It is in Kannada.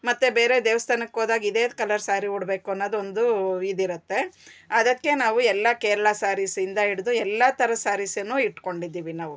ಮತ್ತೆ ಬೇರೆ ದೇವಸ್ಥಾನಕ್ಕೋದಾಗ ಇದೇ ಕಲರ್ ಸ್ಯಾರಿ ಉಡಬೇಕು ಅನ್ನೋದೊಂದು ಇದಿರುತ್ತೆ ಅದಕ್ಕೆ ನಾವು ಎಲ್ಲ ಕೇರಳ ಸಾರೀಸಿಂದ ಹಿಡ್ದು ಎಲ್ಲಾ ಥರದ ಸಾರೀಸನ್ನು ಇಟ್ಕೊಂಡಿದ್ದೀವಿ ನಾವು